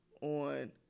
on